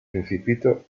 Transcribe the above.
principito